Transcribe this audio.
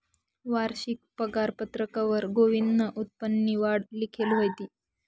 वारशिक पगारपत्रकवर गोविंदनं उत्पन्ननी वाढ लिखेल व्हती